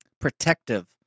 protective